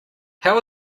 how